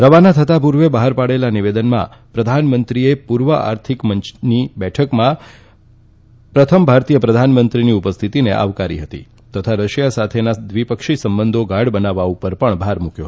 રવાના થતાં પૂર્વે બહાર પાડેલા નિવેદનમાં પ્રધાનમંત્રીએ પૂર્વ આર્થિકપંચની બેઠકમાં પ્રથમ ભારતીય પ્રધાનમંત્રીની ઉપહ્ય્થતિને આવકારી તથા રશિયા સાથેના દ્વિપક્ષી સંબંધો ગાઢ બનાવવા પર ભાર મૂક્યો